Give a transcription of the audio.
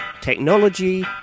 technology